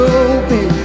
open